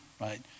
right